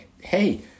hey